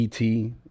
et